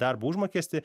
darbo užmokestį